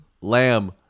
Lamb